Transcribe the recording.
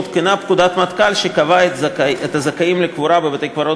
הותקנה פקודת מטכ"ל שקבעה את הזכאים לקבורה בבתי-קברות